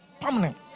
permanent